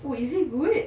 oh is it good